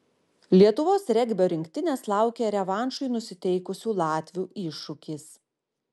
lietuvos regbio rinktinės laukia revanšui nusiteikusių latvių iššūkis